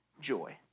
joy